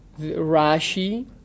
Rashi